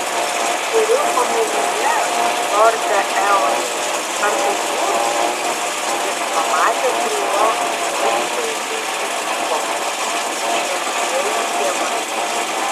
turiu omenyje lorde eonai ar tai jūs jis pamatė prie jo niūksantį ryko šventieji dievai